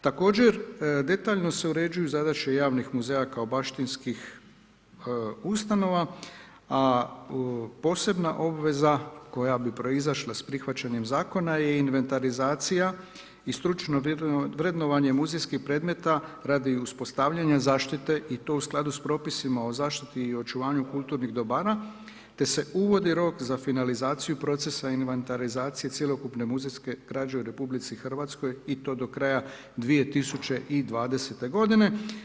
Također detaljno se uređuju zadaće javnih muzeja kao baštinskih ustanova, a posebna obveza koja bi proizašla sa prihvaćanjem zakona je i inventarizacija i stručno vrednovanje muzejskih predmeta radi uspostavljanja zaštite i to u skladu sa propisima o zaštiti i očuvanju kulturnih dobara, te se uvodi rok za finalizaciju procesa inventarizacije cjelokupne muzejske građe u RH i to do kraja 2020. godine.